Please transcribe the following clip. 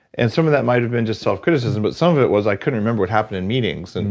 and some of that might have been just self criticism but some of it was i couldn't remember what happened in meetings. and